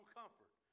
comfort